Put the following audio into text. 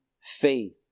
faith